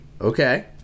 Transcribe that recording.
Okay